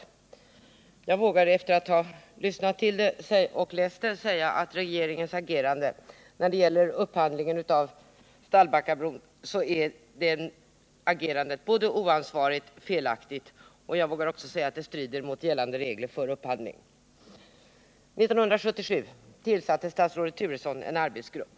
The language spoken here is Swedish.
Jag vågar efter att ha lyssnat till det och läst det säga att regeringens agerande när det gäller upphandlingen av Stallbackabron är både oansvarigt och felaktigt, och jag vågar också säga att det strider mot gällande regler för upphandling. 1977 tillsatte statsrådet Turesson en arbetsgrupp.